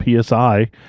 psi